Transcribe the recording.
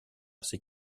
ses